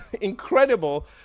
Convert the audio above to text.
incredible